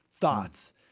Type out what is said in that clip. thoughts